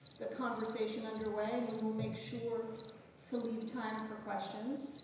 the conversation underway, and we will make sure to leave time for questions.